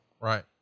Right